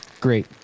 Great